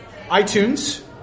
iTunes